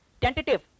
tentative